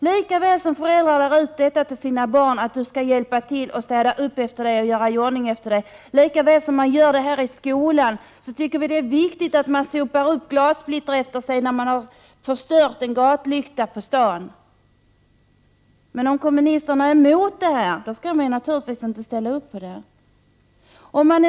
Lika väl som föräldrarna lär ut till sina barn: du skall hjälpa till att städa och göra i ordning efter dig, och lika väl som man lär samma sak i skolan, tycker vi det är viktigt att man får sopa glassplitter efter sig när man har förstört en gatlykta på stan. Men om kommunisterna är emot detta skall de naturligtvis inte ställa upp för våra förslag.